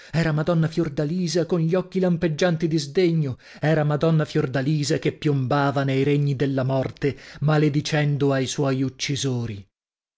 era madonna fiordalisa con gli occhi lampeggianti di sdegno era madonna fiordalisa che piombava nei regni della morte maledicendo ai suoi uccisori